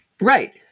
Right